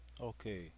okay